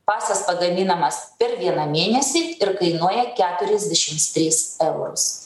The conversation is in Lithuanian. pasas pagaminamas per vieną mėnesį ir kainuoja keturiasdešims trys eurus